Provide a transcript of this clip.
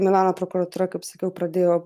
milano prokuratūra kaip sakiau pradėjo